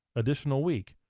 additional week,